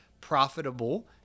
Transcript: profitable